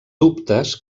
dubtes